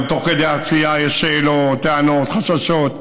גם תוך כדי עשייה יש שאלות, טענות, חששות.